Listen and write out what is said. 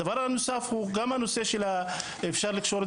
הדבר הנוסף הוא גם הנושא שאפשר לקשור את